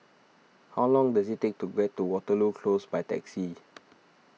how long does it take to get to Waterloo Close by taxi